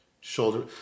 shoulder